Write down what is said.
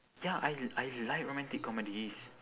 ya I I like romantic comedies